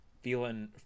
feeling